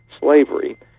slavery